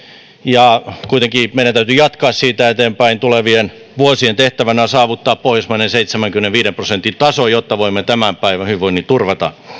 ja kuitenkin meidän täytyy jatkaa siitä eteenpäin tulevien vuosien tehtävänä on saavuttaa pohjoismainen seitsemänkymmenenviiden prosentin taso jotta voimme tämän päivän hyvinvoinnin turvata